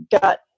got